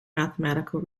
mathematical